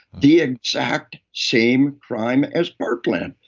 the exact same crime as parkland.